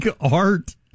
art